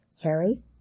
Harry